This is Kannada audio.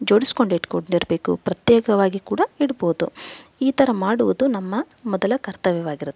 ಜೋಡಿಸ್ಕೊಂಡು ಇಟ್ಟುಕೊಂಡಿರಬೇಕು ಪ್ರತ್ಯೇಕವಾಗಿ ಕೂಡ ಇಡ್ಬೋದು ಈ ಥರ ಮಾಡುವುದು ನಮ್ಮ ಮೊದಲ ಕರ್ತವ್ಯವಾಗಿರುತ್ತೆ